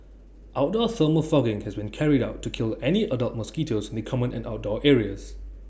outdoor thermal fogging has been carried out to kill any adult mosquitoes the common and outdoor areas